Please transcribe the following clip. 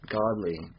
godly